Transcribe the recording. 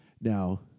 Now